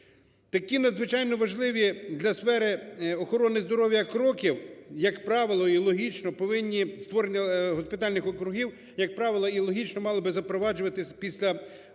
Такі надзвичайно важливі для сфери охорони здоров'я кроки, як правило, і логічно повинні – створення госпітальних округів – як правило, і логічно, мали би запроваджуватися після успішної